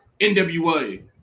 NWA